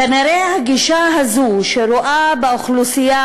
כנראה הגישה הזו שרואה באוכלוסייה